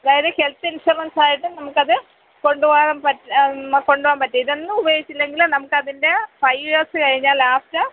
അതായത് ഹെൽത്ത് ഇൻഷുറൻസായിട്ട് നമുക്കത് കൊണ്ട് പോവാൻ കൊണ്ട് പോവാൻ പറ്റും ഇതൊന്നും ഉപയോഗിച്ചില്ലെങ്കിലും നമുക്ക് അതിന്റെ ഫൈവ് ഇയേഴ്സ് കഴിഞ്ഞാൽ ലാസ്റ്റ്